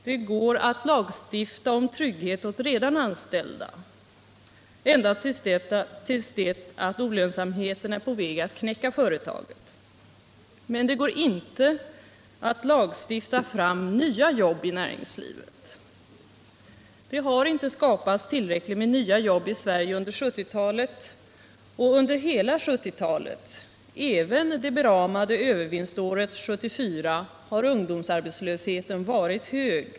Det går att lagstifta om trygghet åt de redan anställda ända tills olönsamheten är på väg att knäcka företagen. Men det går inte att lagstifta fram nya jobb i näringslivet. Det har inte skapats tillräckligt med nya jobb i Sverige under 1970-talet, och under hela 1970-talet — även det s.k. övervinståret 1974 — har ungdomsarbetslösheten varit hög.